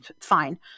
fine